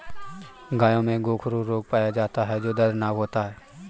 गायों में गोखरू रोग पाया जाता है जो दर्दनाक होता है